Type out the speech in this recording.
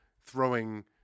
throwing